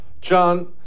John